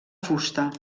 fusta